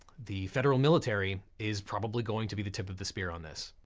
the federal military is probably going to be the tip of the spear on this.